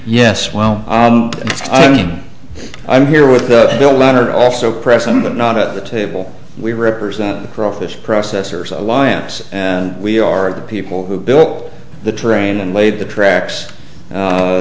yes well i mean i'm here with the latter also president not at the table we represent the crawfish processors alliance and we are the people who built the train and laid the tracks a